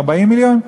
40 מיליון?